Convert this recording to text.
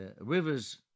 rivers